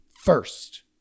first